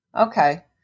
Okay